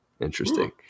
Interesting